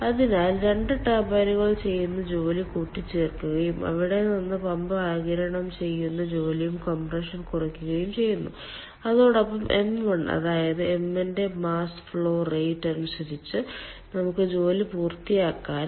അതിനാൽ 2 ടർബൈനുകൾ ചെയ്യുന്ന ജോലി കൂട്ടിച്ചേർക്കുകയും അവിടെ നിന്ന് പമ്പ് ആഗിരണം ചെയ്യുന്ന ജോലിയും കംപ്രഷൻ കുറയ്ക്കുകയും ചെയ്യുന്നു അതോടൊപ്പം ṁ 1 അതായത് m ന്റെ മാസ് ഫ്ലോ റേറ്റ് അനുസരിച്ച് നമുക്ക് ജോലി പൂർത്തിയാക്കാനാകും